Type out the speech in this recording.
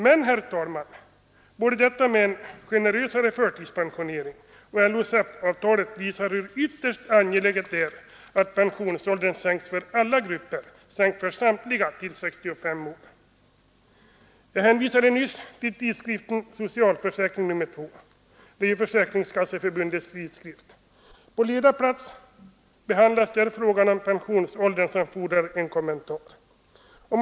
Men, herr talman, båda dessa företeelser visar hur ytterst angeläget det är att pensionsåldern sänks till 65 år för samtliga människor. Jag hänvisade nyss till nr 2 av tidskriften Socialförsäkring, Försäkringskasseförbundets tidskrift. På ledarplats behandlas där frågan om pensionsåldern, och den artikeln fordrar en kommentar.